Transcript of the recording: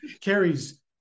carries